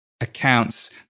accounts